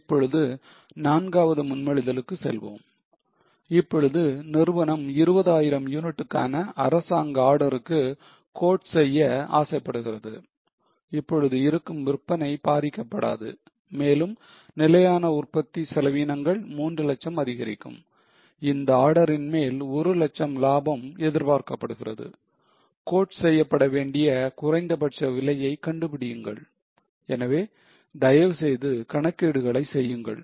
இப்பொழுது நான்காவது முன்மொழிதலுக்கு செல்வோம் இப்பொழுது நிறுவனம் 20000 யூனிட்டுக்கான அரசாங்க ஆர்டருக்கு quote செய்ய ஆசைப்படுகிறது இப்போது இருக்கும் விற்பனை பாதிக்கப்படாது மேலும் நிலையான உற்பத்தி செலவினங்கள் 3 லட்சம் அதிகரிக்கும் இந்த ஆர்டரின் மேல் ஒரு லட்சம் லாபம் எதிர்பார்க்கப்படுகிறது Quote செய்யப்படவேண்டிய குறைந்தபட்ச விலையை கண்டுபிடியுங்கள் எனவே தயவு செய்து கணக்கீடுகளை செய்யுங்கள்